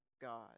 God